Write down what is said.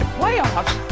playoffs